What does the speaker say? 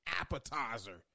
appetizer